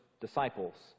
disciples